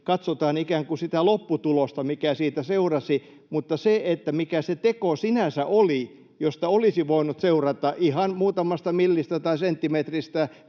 katsotaan ikään kuin sitä lopputulosta, mikä siitä seurasi. Mutta sitten saattaa olla niin, että siitä, mikä sinänsä oli se teko, josta olisi voinut seurata ihan muutamasta millistä tai senttimetristä